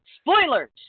spoilers